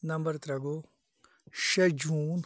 number ترٛےٚ گوٚو شےٚ جوٗن